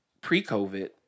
pre-COVID